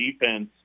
defense